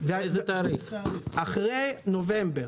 אחרי נובמבר.